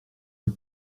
eut